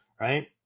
right